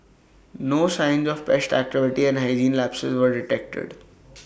no signs of pest activity and hygiene lapses were detected